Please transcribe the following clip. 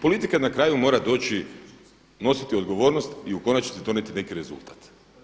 Politika na kraju mora doći, nositi odgovornost i u konačnici donijeti neki rezultat.